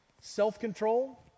self-control